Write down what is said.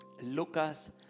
Lucas